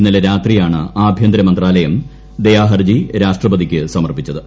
ഇന്നലെ രാത്രിയാണ് ആഭ്യന്തര മന്ത്രാലയം ഹർജി രാഷ്ട്രപതിയ്ക്ക് സമർപ്പിച്ചത്